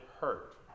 hurt